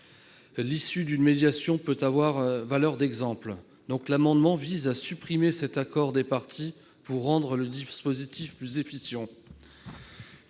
l'issue d'une médiation peut avoir valeur d'exemple. Cet amendement vise donc à supprimer cet accord des parties, pour rendre le dispositif plus efficient.